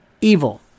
evil